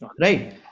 right